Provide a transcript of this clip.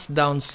down